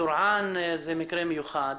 בטורעאן המקרה הוא מיוחד.